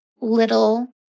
little